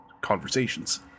conversations